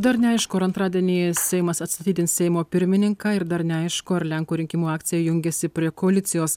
dar neaišku ar antradienį seimas atstatydins seimo pirmininką ir dar neaišku ar lenkų rinkimų akcija jungiasi prie koalicijos